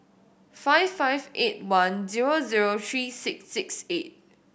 five five eight one zero zero three six six eight